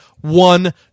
one